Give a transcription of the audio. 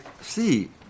see